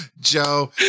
Joe